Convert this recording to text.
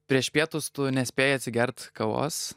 prieš pietus tu nespėjai atsigert kavos